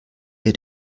wir